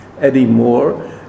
Anymore